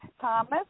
Thomas